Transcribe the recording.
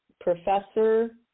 Professor